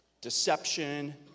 Deception